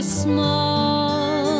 small